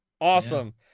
awesome